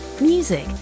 Music